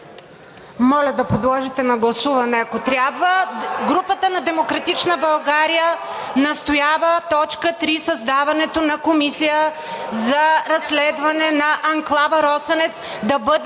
Моля да подложите на гласуване, ако трябва. Групата на „Демократична България“ настоява точка три – създаването на Комисия за разследване на анклава „Росенец“, да бъде